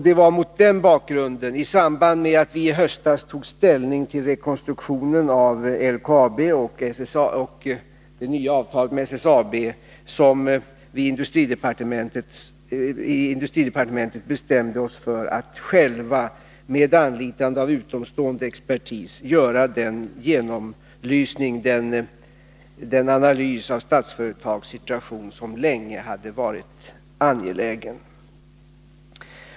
Det var mot den bakgrunden, i samband med att vi i höstas tog ställning till rekonstruktionen av LKAB och det nya avtalet med SSAB, som vi i industridepartementet bestämde oss för att själva, med anlitande av utomstående expertis, göra den genomlysning och analys av Statsföretags situation som länge hade varit angelägen.